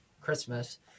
Christmas